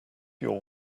your